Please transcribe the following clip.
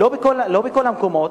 לא בכל המקומות,